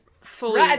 fully